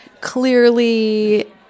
clearly